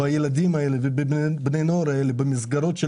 בילדים האלה ובבני הנוער האלה במסגרות של